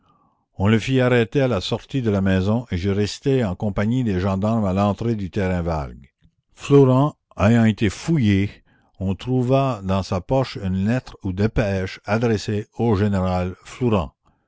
on le fit arrêter à la sortie de la maison et je restai en compagnie des gendarmes à l'entrée du terrain vague flourens ayant été fouillé on trouva dans sa poche une lettre ou dépêche adressée au général flourens